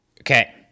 Okay